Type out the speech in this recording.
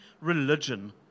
religion